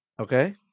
okay